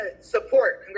support